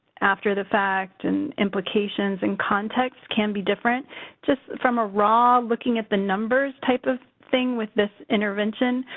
after the fact and implications and context can be different just from a raw looking at the numbers type of thing with this intervention.